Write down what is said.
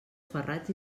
ferrats